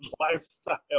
lifestyle